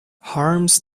harms